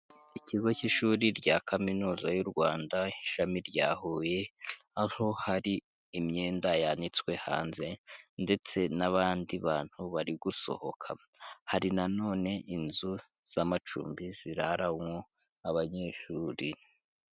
Ikigo cy'ishuri rya kaminuza y'u Rwanda, ishami rya Huye, aho hari imyenda yanditswe hanze ndetse n'abandi bantu bari gusohoka, hari na none inzu z'amacumbi ziraramo abanyeshuri.